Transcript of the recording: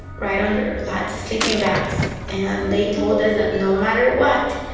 right under lots of sleeping bags. and they told us that no matter what,